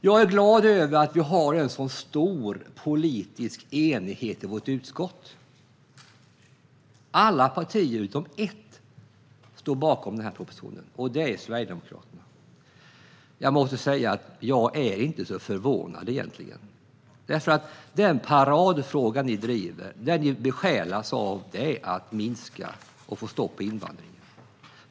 Jag är glad över att vi har en så stor politisk enighet i vårt utskott. Alla partier utom ett, nämligen Sverigedemokraterna, står bakom denna proposition. Jag är egentligen inte så förvånad, eftersom den paradfråga som ni sverigedemokrater driver och besjälas av är att minska och få stopp på invandringen.